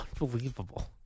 unbelievable